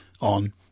on